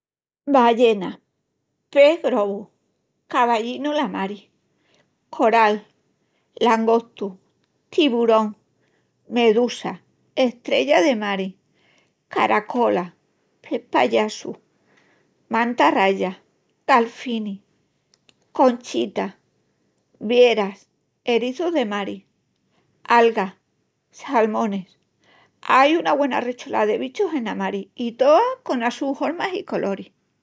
Ballena, pes grobu, cavallinu la mari, coral, langostu, tiburón, medusa, estrella de mari, caracola, pes payasu, manta raya, galfinis, conchitas, vieras, eriçus de mari, algas, salmonis. Ai una güena recholá de bichus ena mari, i toas conas sus hormas i coloris.